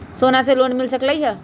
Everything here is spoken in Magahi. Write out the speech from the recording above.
सोना से लोन मिल सकलई ह?